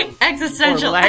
Existential